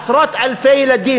עשרות אלפי ילדים,